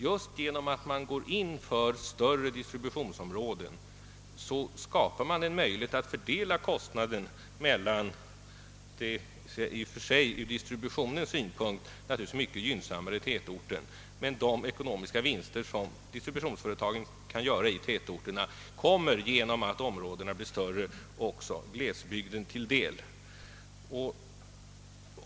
Just genom att man går in för större distributionsområden skapar man en möjlighet att fördela kostnaden mellan glesbygderna och den i och för sig ur distributionens synpunkt gynnsammare belägna tätorten. De ekonomiska vins ter som distributionsföretagen kan göra i tätorterna kommer genom att områdena blir större också glesbygden till del.